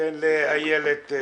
תן לאיילת לסיים.